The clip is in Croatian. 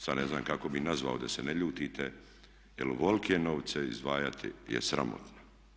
Sad ne znam kako bih nazvao da se ne ljutite, jer ovolike novce izdvajati je sramotno.